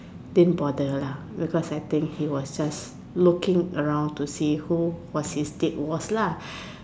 didn't bother lah because I think he was just looking around to see who is he date was lah